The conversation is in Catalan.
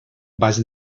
baix